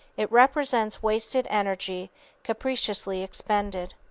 it represents wasted energy capriciously expended.